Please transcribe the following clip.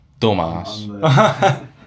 Dumbass